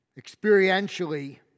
experientially